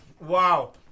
Wow